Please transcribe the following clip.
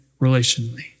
relationally